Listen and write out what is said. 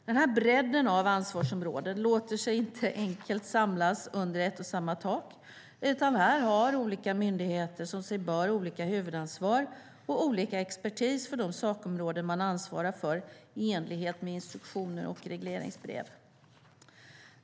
Den här bredden av ansvarsområden låter sig inte enkelt samlas under ett och samma tak, utan här har olika myndigheter som sig bör olika huvudansvar och olika expertis för de sakområden man ansvarar för i enlighet med instruktioner och regleringsbrev.